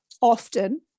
often